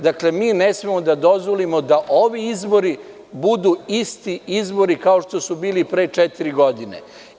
Dakle, mi ne smemo da dozvolimo da ovi izbori budu isti izbori kao što su bili pre četiri godine.